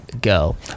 go